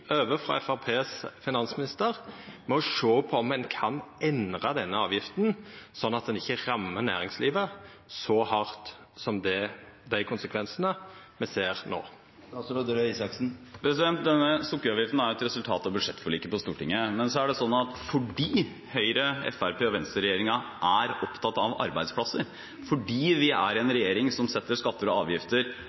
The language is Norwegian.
finansminister for å sjå på om ein kan endra denne avgifta, slik at ho ikkje rammer næringslivet så hardt, som dei konsekvensane me ser no? Denne sukkeravgiften er et resultat av budsjettforliket på Stortinget. Men så er det slik at Høyre-, Fremskrittsparti- og Venstre-regjeringen er opptatt av arbeidsplasser, fordi vi er en regjering som setter nivået på skatter og avgifter